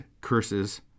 curses